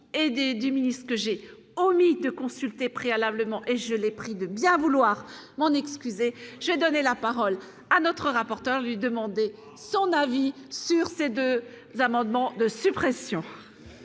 des du ministre que j'ai omis de consulter préalablement et je les prie de bien vouloir m'en excuser, j'ai donné la parole à notre rapporteur lui demander son avis sur ces 2 amendements de suppression.